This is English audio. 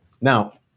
Now